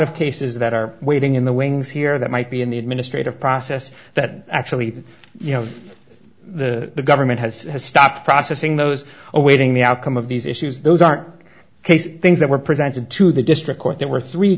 of cases that are waiting in the wings here that might be in the administrative process that actually the you know the government has to stop processing those awaiting the outcome of these issues those are cases things that were presented to the district court there were three